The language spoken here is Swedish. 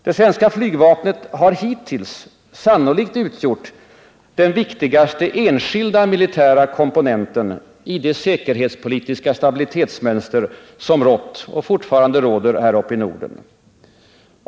Det svenska flygvapnet har hittills sannolikt utgjort den viktigaste enskilda militära komponenten i det säkerhetspolitiska stabilitetsmönster som rått och fortfarande råder i Norden.